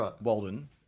Walden